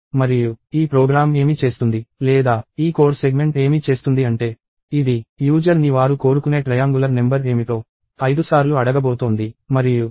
మరియు ఈ ప్రోగ్రామ్ ఏమి చేస్తుంది లేదా ఈ కోడ్ సెగ్మెంట్ ఏమి చేస్తుంది అంటే ఇది యూజర్ ని వారు కోరుకునే ట్రయాంగులర్ నెంబర్ ఏమిటో ఐదుసార్లు అడగబోతోంది